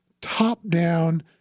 top-down